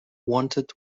wanted